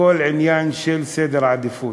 הכול עניין של סדר עדיפויות.